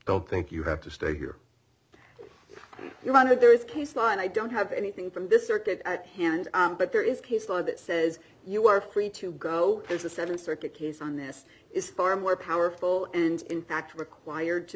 don't think you have to stay here you want to there is case law and i don't have anything from this circuit at hand but there is case law that says you are free to go there's a seven circuit case on this is far more powerful and in fact required to